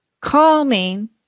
calming